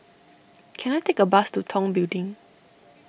can I take a bus to Tong Building